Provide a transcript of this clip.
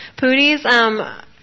Pooties